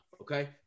Okay